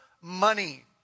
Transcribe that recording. money